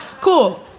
Cool